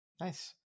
nice